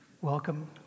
welcome